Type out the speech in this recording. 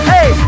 Hey